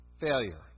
Failure